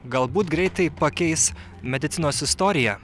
galbūt greitai pakeis medicinos istoriją